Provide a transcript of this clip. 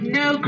no